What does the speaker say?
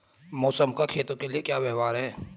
मौसम का खेतों के लिये क्या व्यवहार है?